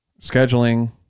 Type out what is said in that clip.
scheduling